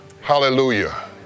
Hallelujah